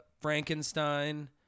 Frankenstein